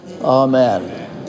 Amen